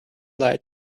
lied